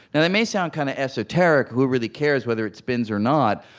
and that may sound kind of esoteric. who really cares whether it spins or not?